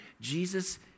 Jesus